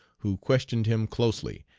who questioned him closely,